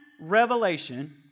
revelation